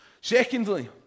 Secondly